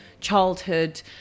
childhood